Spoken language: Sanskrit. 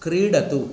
क्रीडतु